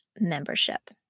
membership